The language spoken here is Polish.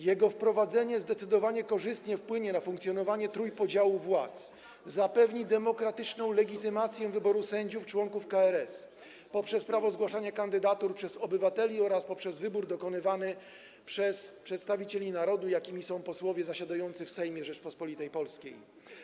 Jego wprowadzenie zdecydowanie korzystnie wpłynie na funkcjonowanie trójpodziału władz, zapewni demokratyczną legitymację wyboru sędziów członków KRS poprzez prawo zgłaszania kandydatur przez obywateli oraz poprzez wybór dokonywany przez przedstawicieli narodu, jakimi są posłowie zasiadający w Sejmie Rzeczypospolitej Polskiej.